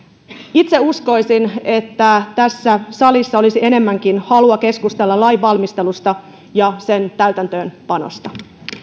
itse uskoisin että tässä salissa olisi enemmänkin halua keskustella lain valmistelusta ja täytäntöönpanosta